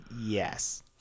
Yes